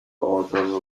arthur